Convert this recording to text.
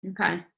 Okay